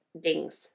dings